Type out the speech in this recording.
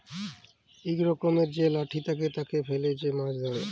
ইক রকমের যে লাঠি থাকে, তাকে ফেলে যে মাছ ধ্যরে